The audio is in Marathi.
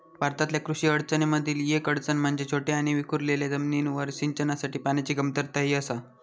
भारतातल्या कृषी अडचणीं मधली येक अडचण म्हणजे छोट्या आणि विखुरलेल्या जमिनींवर सिंचनासाठी पाण्याची कमतरता ही आसा